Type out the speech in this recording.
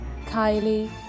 Kylie